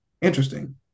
Interesting